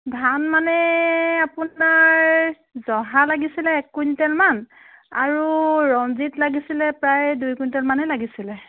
ধান মানে আপোনাৰ জহা লাগিছিলে এক কুইণ্টলমান আৰু ৰঞ্জিত লাগিছিলে প্ৰায় দুই কুইণ্টলমানেই লাগিছিলে